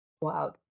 Wow